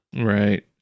Right